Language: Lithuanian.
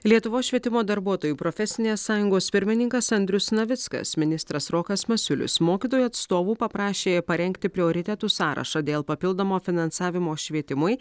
lietuvos švietimo darbuotojų profesinės sąjungos pirmininkas andrius navickas ministras rokas masiulis mokytojų atstovų paprašė parengti prioritetų sąrašą dėl papildomo finansavimo švietimui